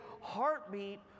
heartbeat